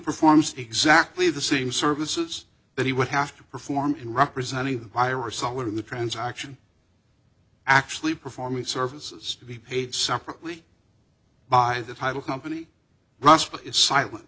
performs exactly the same services that he would have to perform in representing the buyer or seller in the transaction actually performing services to be paid separately by the title company russell is silent